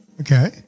Okay